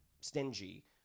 stingy